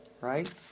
right